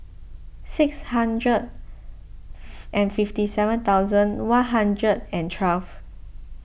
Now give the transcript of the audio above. six hundred and fifty seven thousand one hundred and twelve